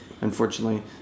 unfortunately